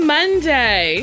Monday